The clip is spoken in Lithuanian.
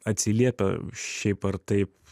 atsiliepia šiaip ar taip